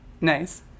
Nice